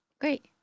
great